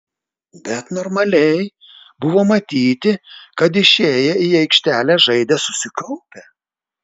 bet normaliai buvo matyti kad išėję į aikštelę žaidė susikaupę